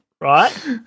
right